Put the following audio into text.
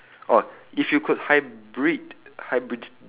oh if you could hybrid hybrid~